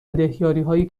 دهیاریهای